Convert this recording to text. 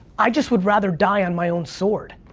i just would rather die on my own sword.